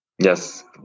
Yes